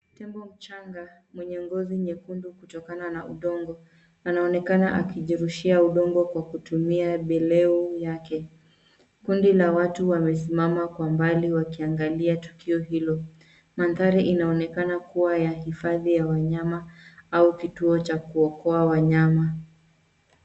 Tembo mchanga mwenye ngozi nyekundu kutokana na udongo. Anaonekana akijirushia udongo kwa kutumia mkonga wake. Kundi la watu wamesimama kwa mbali wakiangalia tukio hilo. Mandhari inaonekana kuwa ya hifadhi ya wanyama au kituo cha kuokoa wanyama.